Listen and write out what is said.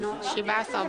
הישיבה נעולה.